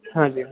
ਹਾਂਜੀ